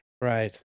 Right